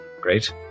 Great